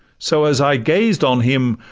so as i gazed on him,